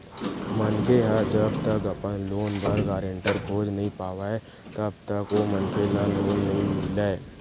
मनखे ह जब तक अपन लोन बर गारेंटर खोज नइ पावय तब तक ओ मनखे ल लोन नइ मिलय